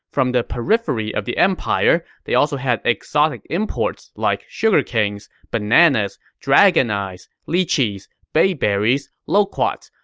from the periphery of the empire, they also had exotic imports like sugar canes, bananas, dragoneyes, lychees, bayberries, loquats,